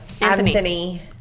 Anthony